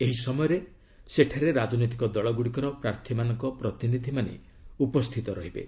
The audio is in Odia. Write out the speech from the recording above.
ଏହି ସମୟରେ ସେଠାରେ ରାଜନୈତିକ ଦଳରଗୁଡ଼ିକର ପ୍ରାର୍ଥୀମାନଙ୍କ ପ୍ରତିନିଧିମାନେ ଉପସ୍ଥିତ ରହିବେ